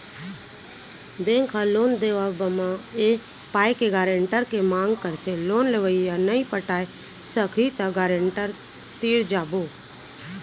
bank ह loan देवब म ए पाय के गारेंटर के मांग करथे लोन लेवइया नइ पटाय सकही त गारेंटर तीर जाबो